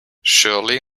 surely